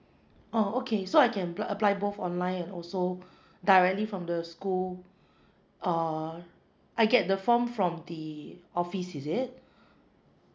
oh okay so I can ply~ apply both online and also directly from the school uh I get the form from the office is it